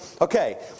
Okay